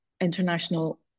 international